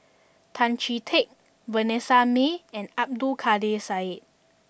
Tan Chee Teck Vanessa Mae and Abdul Kadir Syed